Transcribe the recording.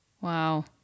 Wow